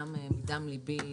גם מדם ליבי,